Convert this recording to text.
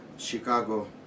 Chicago